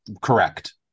correct